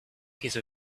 piece